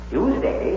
Tuesday